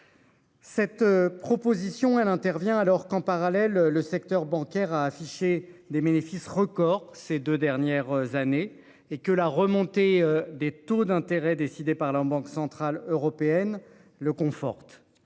Cette proposition, elle intervient alors qu'en parallèle, le secteur bancaire a affiché des bénéfices record ces 2 dernières années et que la remontée des taux d'intérêt décidée par la Banque centrale européenne le conforte.